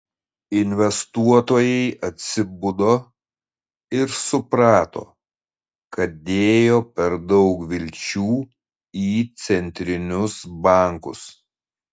investuotojai atsibudo ir suprato kad dėjo per daug vilčių į centrinius bankus